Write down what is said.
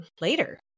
later